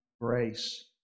grace